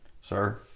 sir